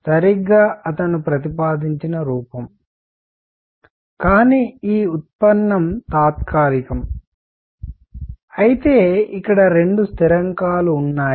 సరిగ్గా అతను ప్రతిపాదించిన రూపం కానీ ఈ ఉత్పన్నం తాత్కాలికం అయితే ఇక్కడ రెండు స్థిరాంకాలు ఉన్నాయి